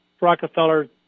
Rockefeller